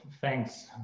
thanks